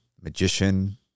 magician